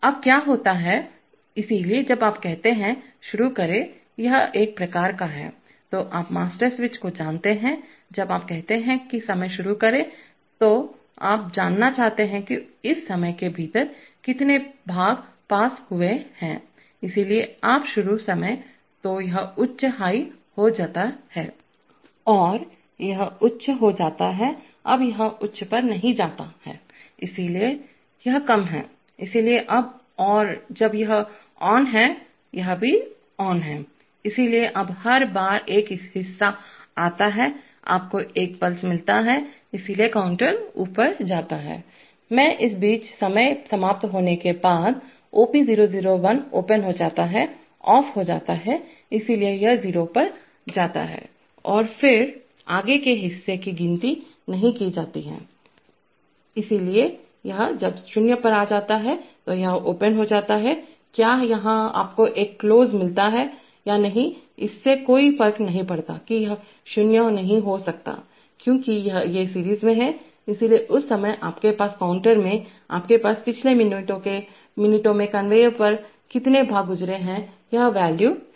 अब क्या होता है इसलिए जब आप कहते हैं शुरू करें यह एक प्रकार का है तो आप मास्टर स्विच को जानते हैं जब आप कहते हैं कि समय शुरू करें तो आप जानना चाहते हैं कि इस समय के भीतर कितने भाग पासगुजर हुए हैं इसलिए आप शुरू समय तो यह उच्च हाई हो जाता है और यह उच्च हो जाता है अब यह उच्च पर नहीं जाता है इसलिए यह कम है इसलिए अब और जब यह ऑन है यह भी ऑन है इसलिए अब हर बार एक हिस्सा आता है आपको एक पल्स मिलता है इसलिए काउंटर ऊपर जाता है में इस बीच समय समाप्त होने के बादOP001 ओपन हो जाता है ऑफ हो जाता है इसलिए यह 0 पर जाता है और फिर आगे के हिस्सों की गिनती नहीं की जाती है इसलिए यह जब यह 0 पर जा रहा है तो यह ओपन हो जाता है क्या यह यहां आपको एक क्लोज मिलता है या नहीं इससे कोई फर्क नहीं पड़ता कि यह 0 नहीं हो सकता है क्योंकि ये सीरीज में हैं इसलिए उस समय आपके पास काउंटर में आपके पास पिछले मिनट में कन्वेयर पर से कितने भाग गुजरे हैं यह वॉल्यू है